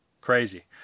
Crazy